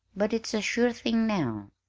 but it's a sure thing now.